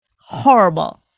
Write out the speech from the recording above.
horrible